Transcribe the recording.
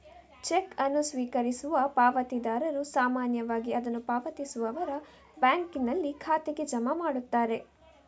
check ಅನ್ನು ಸ್ವೀಕರಿಸುವ ಪಾವತಿದಾರರು ಸಾಮಾನ್ಯವಾಗಿ ಅದನ್ನು ಪಾವತಿಸುವವರ ಬ್ಯಾಂಕಿನಲ್ಲಿ ಖಾತೆಗೆ ಜಮಾ ಮಾಡುತ್ತಾರೆ